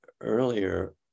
earlier